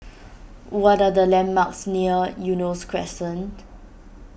what are the landmarks near Eunos Crescent